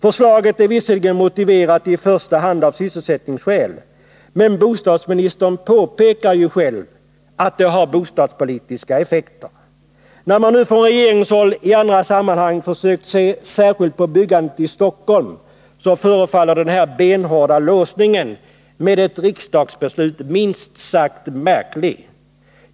Förslaget är visserligen motiverat i första hand av sysselsättningsskäl, men bostadsministern påpekar ju själv att det har bostadspolitiska effekter. När man nu från regeringshåll i andra sammanhang försökt se särskilt på byggandet i Stockholm, förefaller den här stenhårda låsningen med ett riksdagsbeslut minst sagt märklig.